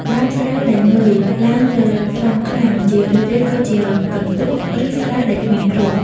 ដើមស្រូវដែល «ងើយ» ឡើងលើត្រង់ខ្លាំង ជារឿយៗគឺជាកន្ទក់ ឬស្រូវដែលគ្មានគ្រាប់។